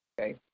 Okay